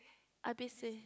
A B C